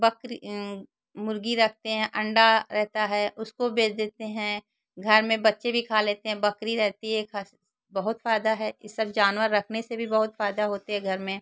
बकरी मुर्ग़ी रखते हैं अंडा रहता है उसको बेच देते हैं घर में बच्चे भी खा लेते हैं बकरी रहती है ख़स बहुत फ़ायदा है यह सब जानवर रखने से भी बहुत फ़ायदे होते घर में